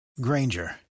Granger